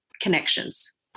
connections